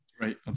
Right